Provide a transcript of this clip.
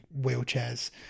wheelchairs